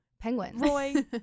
Penguins